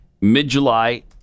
mid-July